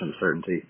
uncertainty